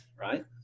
right